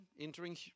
entering